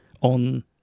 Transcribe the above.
on